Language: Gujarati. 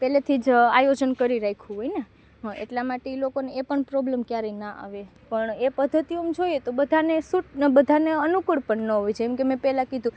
પહેલાથી જ આયોજન કરી રાખ્યું હોયને હં એટલા માટે એ લોકોને એ પણ પ્રોબ્લેમ ક્યારેય ન આવે પણ એ પદ્ધતિ આમ જોઈએ તો બધાને સૂટ અને અનુકૂળ પણ ન હોય જેમકે મેં પહેલા કીધું